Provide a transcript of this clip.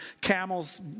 camel's